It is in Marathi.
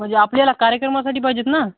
म्हणजे आपल्याला कार्यक्रमासाठी पाहिजेत ना